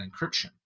encryption